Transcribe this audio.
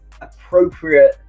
appropriate